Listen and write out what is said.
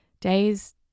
Days